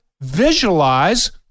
visualize